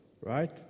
Right